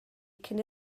cyn